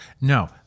No